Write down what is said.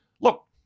look